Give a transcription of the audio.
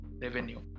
revenue